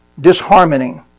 Disharmony